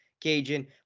Cajun